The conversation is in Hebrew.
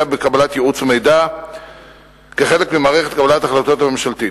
לקבלת ייעוץ ומידע כחלק ממערכת קבלת ההחלטות הממשלתית.